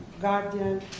guardian